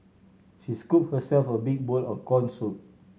she scoop herself a big bowl of corn soup